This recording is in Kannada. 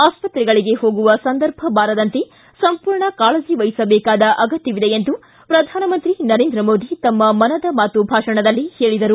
ಆಸ್ಪತ್ರೆಗಳಿಗೆ ಹೋಗುವ ಸಂದರ್ಭ ಬಾರದಂತೆ ಸಂಪೂರ್ಣ ಕಾಳಜಿ ವಹಿಸಬೇಕಾದ ಅಗತ್ಯವಿದೆ ಎಂದು ಪ್ರಧಾನಮಂತ್ರಿ ನರೇಂದ್ರ ಮೋದಿ ತಮ್ಮ ಮನದ ಮಾತು ಭಾಷಣದಲ್ಲಿ ಹೇಳಿದರು